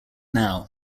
now